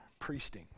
priesting